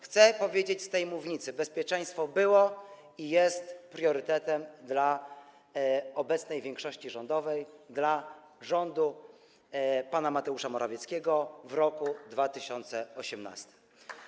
Chcę powiedzieć z tej mównicy: bezpieczeństwo było i jest priorytetem dla obecnej większości rządowej, dla rządu pana Mateusza Morawieckiego w roku 2018.